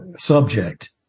subject